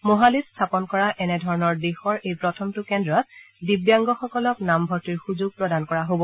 ম'হালিত স্থাপন কৰা এনেধৰণৰ দেশৰ এই প্ৰথটো কেন্দ্ৰত দিব্যাংগসকলক নামভৰ্তিৰ সুযোগ প্ৰদান কৰা হ'ব